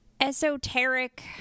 esoteric